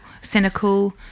cynical